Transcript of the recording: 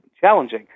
challenging